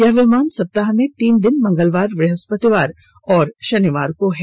यह विमान सप्ताह में तीन दिन मंगलवार बृहस्पतिवार और शनिवार को है